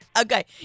Okay